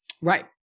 Right